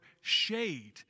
shade